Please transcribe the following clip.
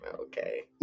Okay